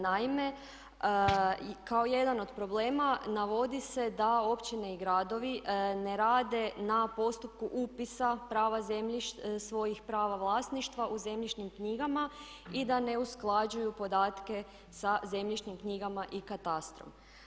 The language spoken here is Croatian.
Naime, kao jedan od problem navodi se da općine i gradovi ne rade na postupku upisa prava zemljišta, svojih prava vlasništva u zemljišnim knjigama i da ne usklađuju podatke sa zemljišnim knjigama i katastrom.